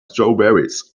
strawberries